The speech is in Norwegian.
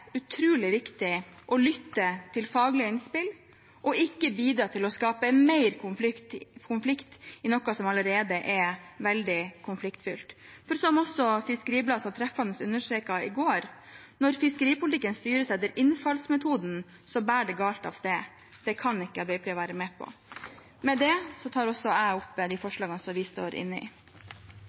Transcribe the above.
utrolig viktig å lytte til faglige innspill og ikke bidra til å skape mer konflikt i noe som allerede er veldig konfliktfylt. Som også Fiskeribladet så treffende understreket i går: Når fiskeripolitikken styres etter innfallsmetoden, bærer det galt av sted. Det kan ikke Arbeiderpartiet være med på. Jeg vil på mange måter slutte meg til merknadene fra saksordføreren i denne saken. Det er en utfordrende sak, også for oss. Ideelt sett skulle vi